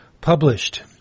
published